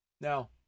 Now